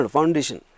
Foundation